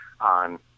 on